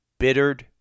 bittered